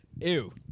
Ew